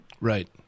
Right